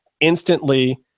instantly